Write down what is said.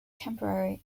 temporary